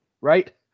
right